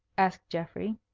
asked geoffrey.